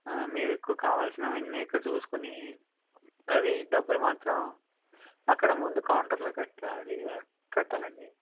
ఆ మీకు కావాల్సినవి అన్నీ ఇక్కడ చూసుకుని అది డబ్బులు మాత్రం అక్కడ ముందు కౌంటర్లో కట్టెయ్యాలి కట్టాలండీ